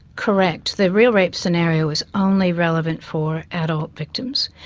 correct. the real rape scenario is only relevant for adult victims.